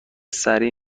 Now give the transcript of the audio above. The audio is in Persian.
سریع